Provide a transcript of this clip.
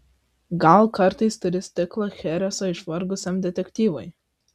gal kartais turi stiklą chereso išvargusiam detektyvui